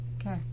Okay